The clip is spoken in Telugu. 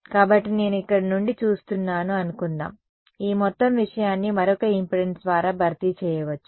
కాబట్టి నేను ఇక్కడ నుండి చూస్తున్నాను అనుకుందాం ఈ మొత్తం విషయాన్ని మరొక ఇంపెడెన్స్ ద్వారా భర్తీ చేయవచ్చు